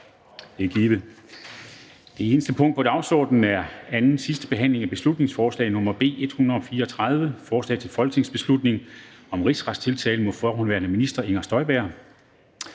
Det eneste punkt på dagsordenen er: 1) 2. (sidste) behandling af beslutningsforslag nr. B 134: Forslag til folketingsbeslutning om rigsretstiltale mod forhenværende minister Inger Støjberg.